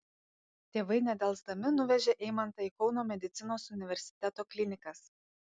tėvai nedelsdami nuvežė eimantą į kauno medicinos universiteto klinikas